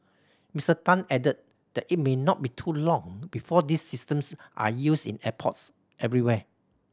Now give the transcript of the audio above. Mister Tan added that it may not be too long before these systems are used in airports everywhere